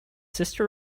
sister